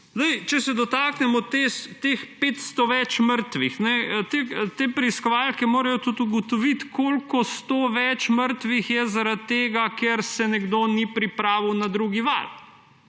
Če se dotaknemo teh 500 več mrtvih. Te preiskovalke morajo tudi ugotoviti, koliko sto več mrtvih je zaradi tega, ker se nekdo ni pripravil na drugi val,